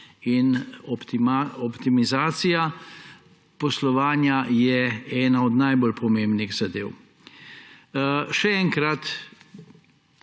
Optimizacija poslovanja je ena od najbolj pomembnih zadev. Še enkrat,